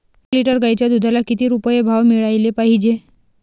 एक लिटर गाईच्या दुधाला किती रुपये भाव मिळायले पाहिजे?